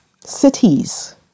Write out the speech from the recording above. cities